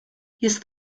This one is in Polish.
jest